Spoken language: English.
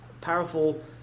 powerful